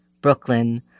Brooklyn